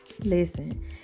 listen